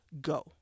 go